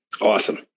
Awesome